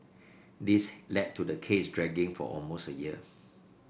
this led to the case dragging for almost a year